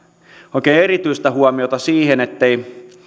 oikein erityistä huomiota siihen ettei